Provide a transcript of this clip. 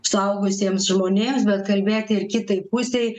suaugusiems žmonėms bet kalbėti ir kitai pusei